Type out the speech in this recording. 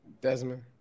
Desmond